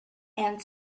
and